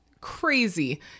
Crazy